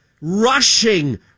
rushing